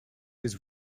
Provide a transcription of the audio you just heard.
his